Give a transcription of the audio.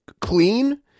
clean